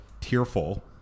tearful